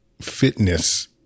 fitness